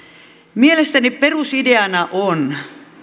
mielestäni perusideana on